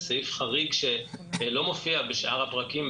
זה סעיף חריג שלא מופיע בשאר הפרקים,